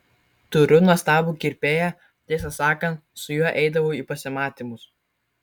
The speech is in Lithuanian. turiu nuostabų kirpėją tiesą sakant su juo eidavau į pasimatymus